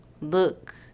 look